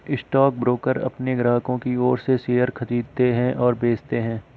stockbroker अपने ग्राहकों की ओर से शेयर खरीदते हैं और बेचते हैं